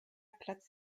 platz